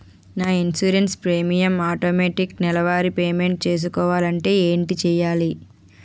నా insurance premium automatic నెలవారి payment చేసుకోవాలంటే ఏంటి చేయాలి?